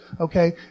Okay